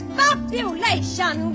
population